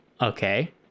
okay